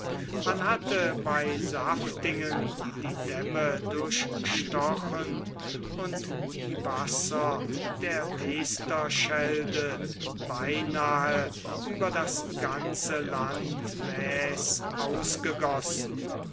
man hatte bei saftingen die dämme durchstochen und die wasser der wester schelde beinahe über das ganze land waes ausgegossen